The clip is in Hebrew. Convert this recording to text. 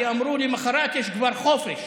כי אמרו שלמוחרת יש כבר חופש.